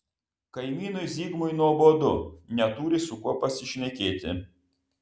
kaimynui zigmui nuobodu neturi su kuo pasišnekėti